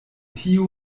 tiu